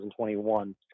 2021